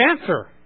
answer